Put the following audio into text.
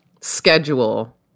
schedule